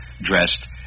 dressed